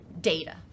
data